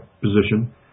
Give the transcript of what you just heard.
position